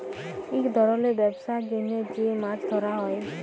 ইক ধরলের ব্যবসার জ্যনহ যে মাছ ধ্যরা হ্যয়